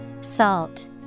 Salt